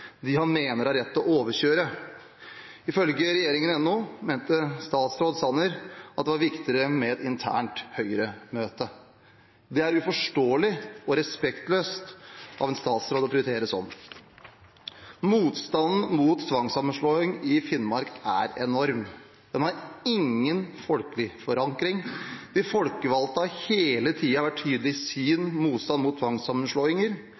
mener han har rett til å overkjøre. Ifølge regjeringen.no mente statsråd Sanner at det var viktigere med et internt Høyre-møte. Det er uforståelig og respektløst av en statsråd å prioritere sånn. Motstanden mot tvangssammenslåing i Finnmark er enorm. Sammenslåingen har ingen folkelig forankring. De folkevalgte har hele tiden vært tydelige i sin motstand mot